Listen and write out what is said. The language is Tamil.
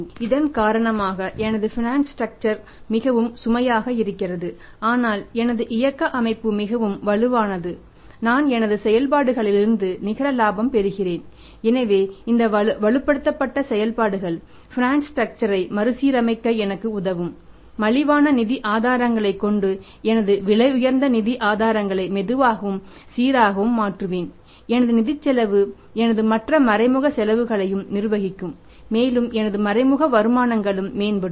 எனவே இதன் காரணமாக எனது பைனான்சியல் ஸ்ட்ரக்சர் மேம்படும்